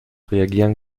reagieren